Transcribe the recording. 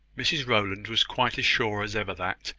mrs rowland was quite as sure as ever that,